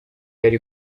yari